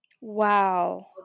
Wow